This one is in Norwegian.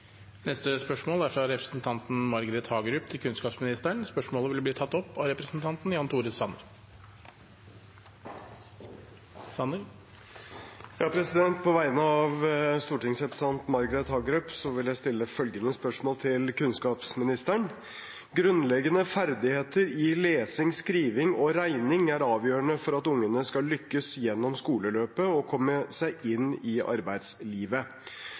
Spørsmål 29, fra representanten Margret Hagerup til kunnskapsministeren, vil bli tatt opp av representanten Jan Tore Sanner. På vegne av stortingsrepresentanten Margret Hagerup vil jeg stille følgende spørsmål til kunnskapsministeren: «Grunnleggende ferdigheter i lesing, skriving og regning er avgjørende for at ungene skal lykkes gjennom skoleløpet og komme seg inn i arbeidslivet.